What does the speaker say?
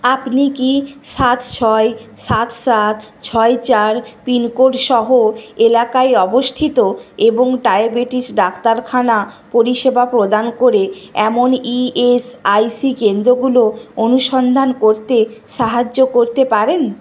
আপনি কি সাত ছয় সাত সাত ছয় চার পিন কোড সহ এলাকায় অবস্থিত এবং ডায়াবেটিস ডাক্তারখানা পরিষেবা প্রদান করে এমন ইএসআইসি কেন্দ্রগুলো অনুসন্ধান করতে সাহায্য করতে পারেন